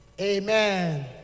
Amen